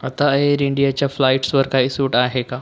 आता एअर इंडियाच्या फ्लाइट्सवर काही सूट आहे का